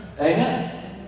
Amen